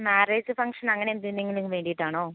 marriage function അങ്ങനെ എന്തിനെങ്കിലും വേണ്ടിയിട്ടാണോ